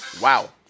Wow